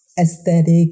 aesthetic